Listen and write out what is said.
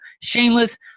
Shameless